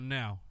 now